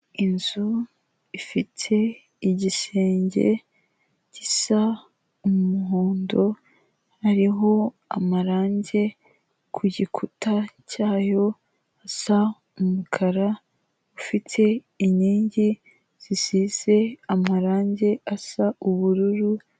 Inzu ifite igisenge gisa umuhondo, hariho amarange ku gikuta cyayo asa umukara, ifite inkingi zisize amarange asa ubururu.